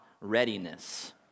readiness